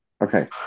Okay